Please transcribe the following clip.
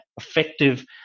effective